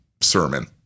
sermon